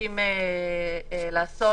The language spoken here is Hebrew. מבקשים לעשות